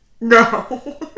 No